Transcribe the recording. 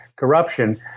corruption